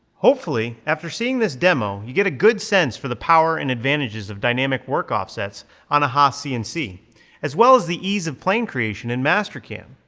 hopefully after seeing this demo you get a good sense for the power and advantages of dynamic work offsets on a haas cnc as well as the ease of plane creation in mastercam.